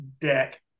deck